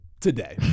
today